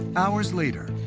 hours later,